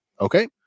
okay